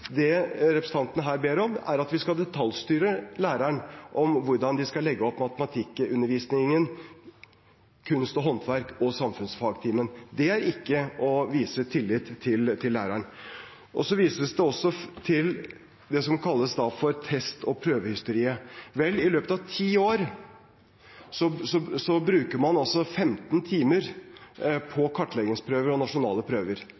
Det representanten her ber om, er at vi skal detaljstyre læreren i hvordan han/hun skal legge opp matematikkundervisningen, kunst- og håndverksfaget og samfunnsfagtimen. Det er ikke å vise læreren tillit. Så vises det også til det som kalles test- og prøvehysteriet. Vel, i løpet av ti år bruker man 15 timer på kartleggingsprøver og nasjonale prøver – 15 timer i løpet av ti år på nasjonale prøver